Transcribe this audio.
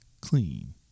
clean